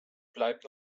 bleibt